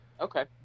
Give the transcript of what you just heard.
Okay